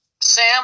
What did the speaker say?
Sam